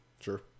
sure